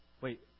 Wait